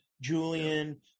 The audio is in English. Julian